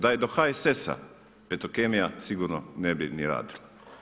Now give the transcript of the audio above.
Da je do HSS-a petrokemija sigurno ne bi ni radila.